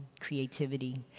creativity